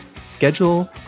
schedule